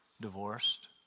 divorced